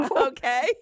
okay